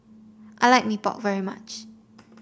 I like Mee Pok very much